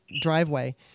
driveway